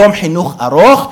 יום חינוך ארוך,